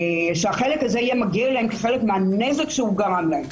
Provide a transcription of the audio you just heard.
שהחלק הזה יהיה מגיע להם כחלק מהנזק שהוא גרם להם.